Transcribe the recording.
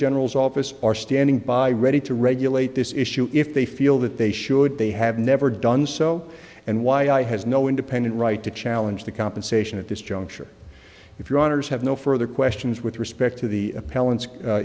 general's office are standing by ready to regulate this issue if they feel that they should they have never done so and why has no independent right to challenge the compensation at this juncture if your honour's have no further questions with respect to the